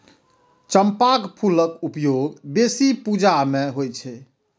चंपाक फूलक उपयोग बेसी पूजा मे होइ छै